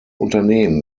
unternehmen